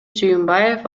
сүйүмбаев